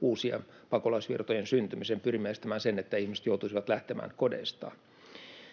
uusien pakolaisvirtojen syntymisen, pyrimme estämään sen, että ihmiset joutuisivat lähtemään kodeistaan.